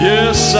Yes